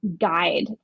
Guide